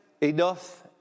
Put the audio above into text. enough